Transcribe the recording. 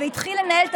אשר תכליתה לשפר את